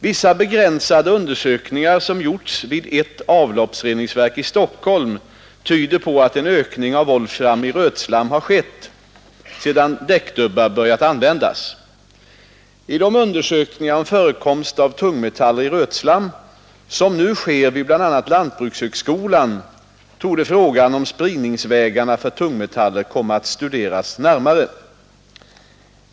Vissa begränsade undersökningar som gjorts vid ett avloppsreningsverk i Stockholm tyder på att en ökning av volfram i rötslam har skett sedan däckdubbar börjat användas. I de undersökningar om förekomst av tungmetaller i rötslam som nu sker vid bl.a. lantbrukshögskolan torde frågan om spridningsvägarna för tungmetaller komma att studeras närmare.